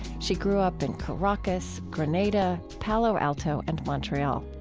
she grew up in caracas, grenada, palo alto, and montreal.